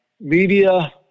Media